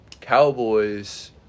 Cowboys